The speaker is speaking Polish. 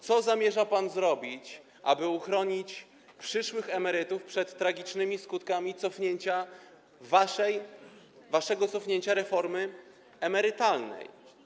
Co zamierza pan zrobić, aby uchronić przyszłych emerytów przed tragicznymi skutkami waszego cofnięcia reformy emerytalnej?